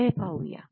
पुढे पाहूया